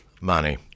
Money